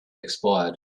expired